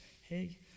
hey